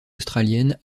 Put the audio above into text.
australienne